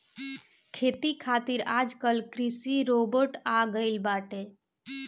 खेती खातिर आजकल कृषि रोबोट आ गइल बाटे